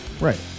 right